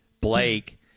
Blake